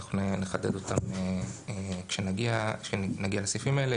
אנחנו נחדד אותם כשנגיע לסעיפים האלה.